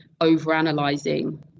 overanalyzing